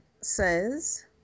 says